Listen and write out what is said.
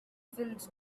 filled